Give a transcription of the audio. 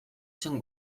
zen